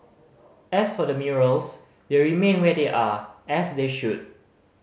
as for the murals they remain where they are as they should